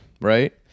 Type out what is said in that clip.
right